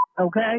Okay